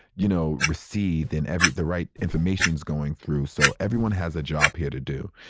you know, received in every, the right information is going through. so everyone has a job here to do.